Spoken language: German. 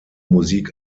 musik